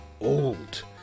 old